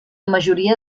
majoria